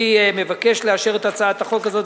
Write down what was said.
אני מבקש לאשר את הצעת החוק הזאת.